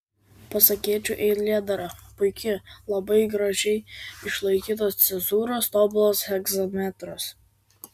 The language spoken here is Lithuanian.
pasakėčių eilėdara puiki labai gražiai išlaikytos cezūros tobulas hegzametras